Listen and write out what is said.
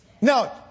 Now